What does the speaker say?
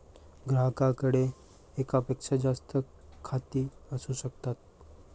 ग्राहकाकडे एकापेक्षा जास्त खाती असू शकतात